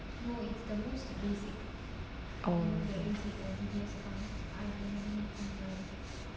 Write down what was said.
oh